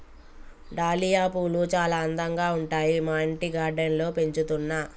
dahlia పూలు చాల అందంగా ఉంటాయి మా ఇంటి గార్డెన్ లో పెంచుతున్నా